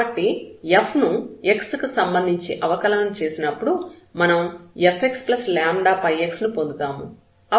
కాబట్టి F ను x కి సంబంధించి అవకలనం చేసినప్పుడు మనం fxλx ను పొందుతాము